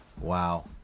Wow